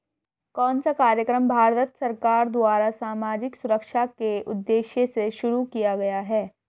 कौन सा कार्यक्रम भारत सरकार द्वारा सामाजिक सुरक्षा के उद्देश्य से शुरू किया गया है?